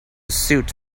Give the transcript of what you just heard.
suit